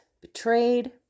betrayed